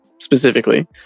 specifically